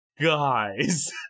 Guys